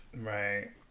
Right